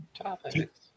Topics